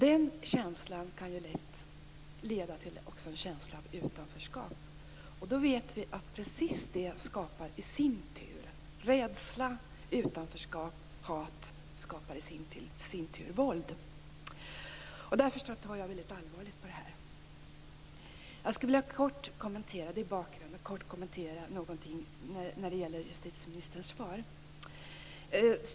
Den känslan kan också lätt leda till en känsla av utanförskap. Vi vet precis vad det i sin tur skapar. Rädsla, utanförskap och hat skapar i sin tur våld. Därför tar jag väldigt allvarligt på det här. Det är bakgrunden. Jag skulle kort vilja kommentera någonting som gäller justitieministerns svar.